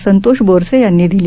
संतोष बोरसे यांनी दिली